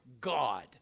God